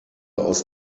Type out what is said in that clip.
aus